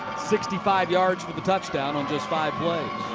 sixty five yards for the touchdown on just five plays.